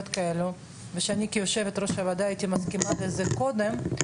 כאלו ואני כיושבת ראש הוועדה הסכמתי להן קודם לכן